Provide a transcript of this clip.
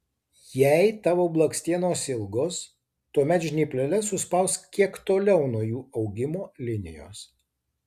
jei tavo blakstienos ilgos tuomet žnypleles suspausk kiek toliau nuo jų augimo linijos